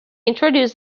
introduced